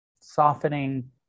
Softening